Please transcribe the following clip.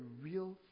real